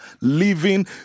living